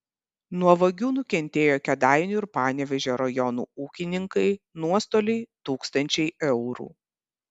nuo vagių nukentėjo kėdainių ir panevėžio rajonų ūkininkai nuostoliai tūkstančiai eurų